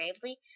gravely